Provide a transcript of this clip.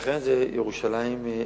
לכן זו ירושלים המאוחדת.